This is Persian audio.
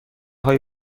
های